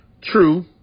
True